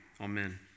Amen